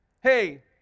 Hey